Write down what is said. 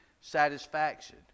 satisfaction